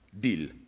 deal